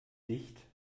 dicht